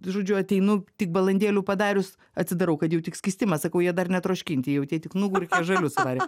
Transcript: žodžiu ateinu tik balandėlių padarius atsidarau kad jau tik skystimas sakau jie dar netroškinti jau tie tik nugurkė žalius suvarė